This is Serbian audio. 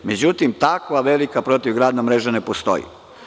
Međutim, takva velika protivgradna mreža ne postoji.